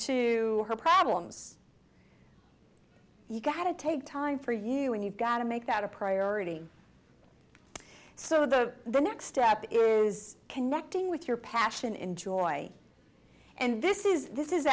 to her problems you've got to take time for you and you've got to make that a priority so the next step is connecting with your passion enjoy and this is this is